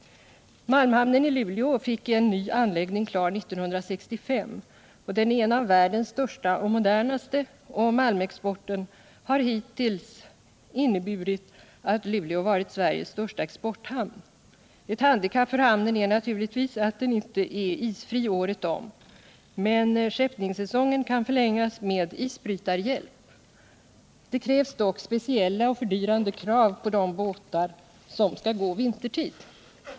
Malmhamnen i Luleå fick en ny anläggning klar 1965. Den är en av världens största och modernaste. Malmexporten har hittills inneburit att Luleå varit Sveriges största exporthamn. Ett handikapp för hamnen är naturligtvis att den inte är isfri året om. Men skeppningssäsongen kan förlängas med isbrytarhjälp. Det måste dock ställas speciella och fördyrande krav på de båtar som skall gå vintertid.